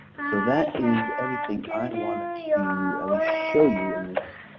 so that is everything i wanted to at least show you in this,